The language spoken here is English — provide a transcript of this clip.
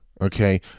Okay